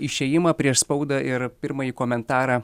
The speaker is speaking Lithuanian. išėjimą prieš spaudą ir pirmąjį komentarą